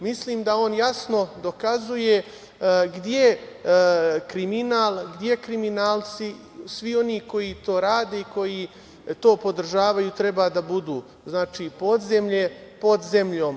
Mislim da on jasno dokazuje gde kriminal, gde kriminalci, svi oni koji to rade i koji to podržavaju treba da budu, znači, podzemlje, pod zemljom.